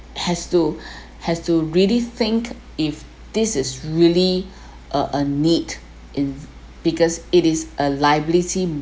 has to has to really think if this is really uh a need in because it is a liability